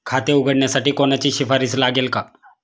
खाते उघडण्यासाठी कोणाची शिफारस लागेल का?